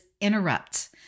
interrupt